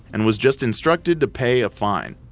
and was just instructed to pay a fine,